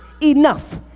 enough